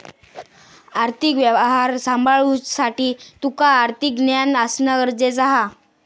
आर्थिक व्यवहार सांभाळुसाठी तुका आर्थिक ज्ञान असणा गरजेचा हा